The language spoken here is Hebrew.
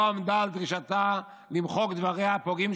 לא עמדה על דרישתה למחוק דבריה הפוגעניים